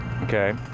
Okay